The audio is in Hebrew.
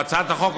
בהצעת החוק,